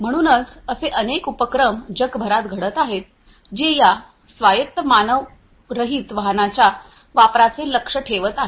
म्हणूनच असे अनेक उपक्रम जगभरात घडत आहेत जे या स्वायत्त मानवरहित वाहनांच्या वापराचे लक्ष्य ठेवत आहेत